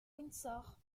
windsor